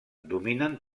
dominen